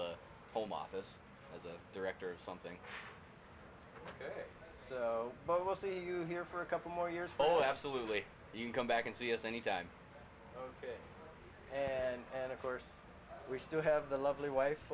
the home office as a director or something but we'll see you here for a couple more years oh absolutely you can come back and see us anytime and of course we still have the lovely wife